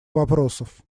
вопросов